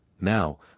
now